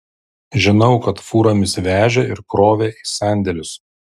žinau kad fūromis vežė ir krovė į sandėlius